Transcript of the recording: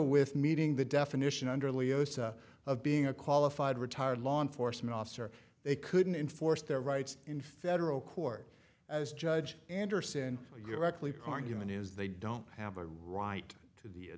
with meeting the definition under leo's of being a qualified retired law enforcement officer they couldn't enforce their rights in federal court as judge anderson you're actually part human is they don't have a right to the